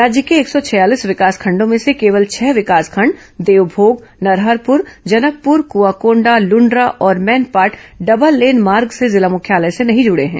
राज्य के एक सौ छियालीस विकासखंडों में से केवल छह विकासखंड देवमोग नरहरपुर जनकपुर कुआंकोंडा लुण्ड्रा और मैनपाट डबल लेन मार्ग से जिला मुख्यालय से नहीं जुड़े हैं